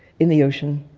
in the ocean,